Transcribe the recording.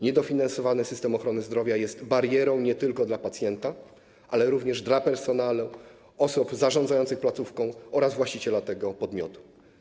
Niedofinansowany system ochrony zdrowia jest barierą nie tylko dla pacjenta, ale również dla personelu, osób zarządzających placówką oraz właściciela tego podmiotu.